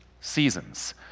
seasons